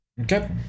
Okay